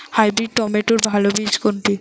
Hybrid টমেটোর ভালো বীজ কোনটি?